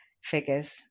figures